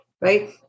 right